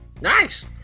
Nice